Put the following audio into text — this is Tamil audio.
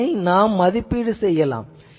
இதனை நாம் மதிப்பீடு செய்யலாம்